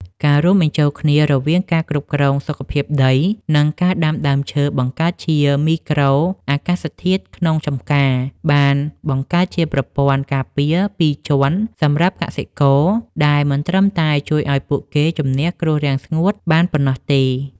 ការរួមបញ្ចូលគ្នារវាងការគ្រប់គ្រងសុខភាពដី និងការដាំដើមឈើបង្កើតជាមីក្រូអាកាសធាតុក្នុងចម្ការ បានបង្កើតជាប្រព័ន្ធការពារពីរជាន់សម្រាប់កសិករ ដែលមិនត្រឹមតែជួយឱ្យពួកគេជម្នះគ្រោះរាំងស្ងួតបានប៉ុណ្ណោះទេ។